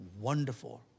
wonderful